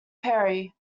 perry